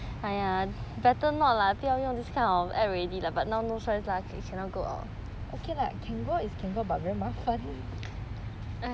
okay lah can go is can go but very 麻烦